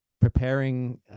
preparing